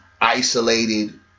isolated